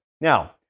Now